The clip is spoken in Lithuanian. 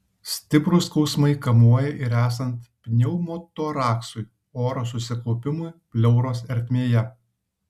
stiprūs skausmai kamuoja ir esant pneumotoraksui oro susikaupimui pleuros ertmėje